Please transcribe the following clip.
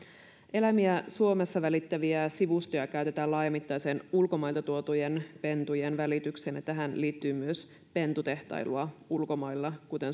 eläimiä suomessa välittäviä sivustoja käytetään laajamittaisen ulkomailta tuotujen pentujen välitykseen ja tähän liittyy myös pentutehtailua ulkomailla kuten